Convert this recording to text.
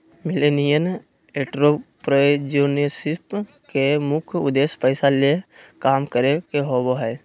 millennial entrepreneurship के मुख्य उद्देश्य पैसा ले काम करे के होबो हय